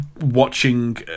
watching